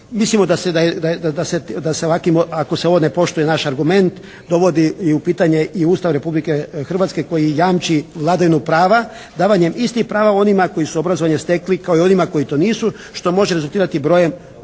Mislimo da se ovakvim, ako se ovo ne poštuje naš argument dovodi i u pitanje i Ustav Republike Hrvatske koji jamči vladavinu prava davanjem istih prava onima koji su obrazovanje stekli, kao i onima koji to nisu što može rezultirati brojem